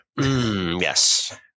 Yes